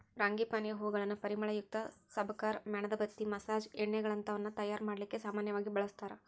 ಫ್ರಾಂಗಿಪಾನಿಯ ಹೂಗಳನ್ನ ಪರಿಮಳಯುಕ್ತ ಸಬಕಾರ್, ಮ್ಯಾಣದಬತ್ತಿ, ಮಸಾಜ್ ಎಣ್ಣೆಗಳಂತವನ್ನ ತಯಾರ್ ಮಾಡ್ಲಿಕ್ಕೆ ಸಾಮನ್ಯವಾಗಿ ಬಳಸ್ತಾರ